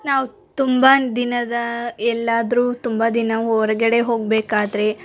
ನಾವು ತುಂಬಾ ದಿನದ ಎಲ್ಲಾದರೂ ತುಂಬಾ ದಿನ ಹೊರ್ಗಡೆ ಹೋಗ್ಬೇಕಾದರೆ